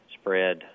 spread